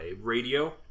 radio